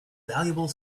valuable